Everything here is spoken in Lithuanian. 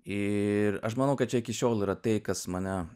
ir aš manau kad čia iki šiol yra tai kas mane